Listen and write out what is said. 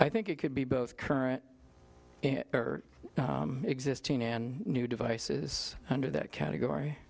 i think it could be both current and existing and new devices under that category